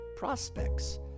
Prospects